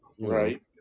right